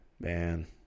man